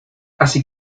así